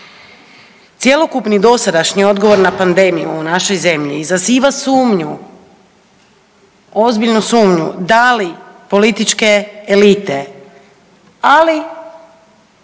Cjelokupni dosadašnji odgovor na pandemiju u našoj zemlji izaziva sumnju, ozbiljnu sumnju da li političke elite ali